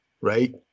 right